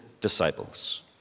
disciples